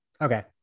Okay